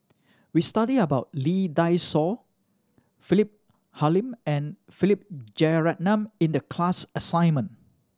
we studied about Lee Dai Soh Philip Hoalim and Philip Jeyaretnam in the class assignment